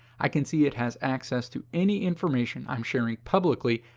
i can see it has access to any information i'm sharing publicly,